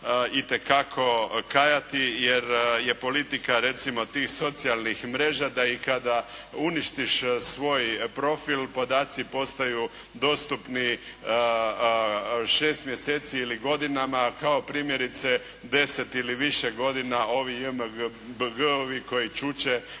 itekako kajati jer je politika tih socijalnih mreža da i kada uništiš svoj profil podaci postaju dostupni 6 mjeseci ili godinama, kao primjerice 10 ili više godina ovi JMBG-ovi koji čuče